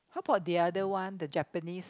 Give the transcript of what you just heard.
how about the other one the Japanese